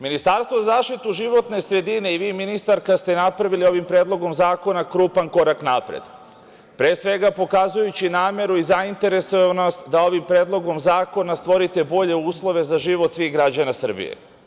Ministarstvo za zaštitu životne sredine i vi, ministarka, ste naprali ovim predlogom zakon krupan korak napred, pre svega pokazujući nameru i zainteresovanost da ovim predlogom zakona stvorite bolje uslove za život svih građana Srbije.